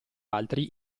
altri